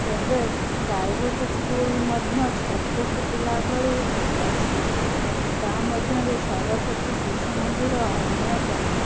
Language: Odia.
ତେବେ ପ୍ରାଇଭେଟ ସ୍କୁଲ ମଧ୍ୟ ଛତୁ ଫୁଟିଲାଭଳି ଅଛି ତା ମଧ୍ୟରୁ ସରସ୍ବତୀ ଶିଶୁମନ୍ଦିର ଅନ୍ୟତମ